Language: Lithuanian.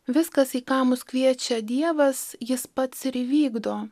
viskas į ką mus kviečia dievas jis pats ir įvykdo